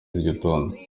z’igitondo